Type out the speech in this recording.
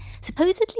supposedly